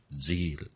Zeal